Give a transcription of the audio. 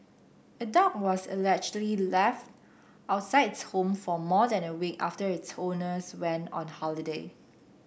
a dog was allegedly left outside its home for more than a week after its owners went on holiday